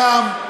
מבלעם,